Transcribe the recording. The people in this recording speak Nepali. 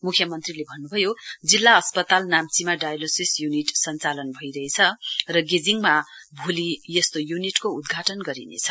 म्ख्यमन्त्रीले भन्नुभयो जिल्ला अस्पताल नाम्चीमा डायलोसिस युनिट सञ्चालन भइरहेछ र गेजिङमा भोलि यस्तो य्निट उद्घाटन गरिनेछ